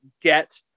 get